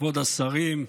כבוד השרים,